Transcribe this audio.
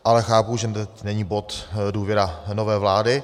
Ale chápu, že není bod důvěra nové vlády.